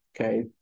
okay